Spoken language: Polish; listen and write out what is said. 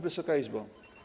Wysoka Izbo!